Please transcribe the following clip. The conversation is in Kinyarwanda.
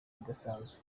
idasanzwe